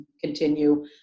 continue